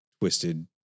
twisted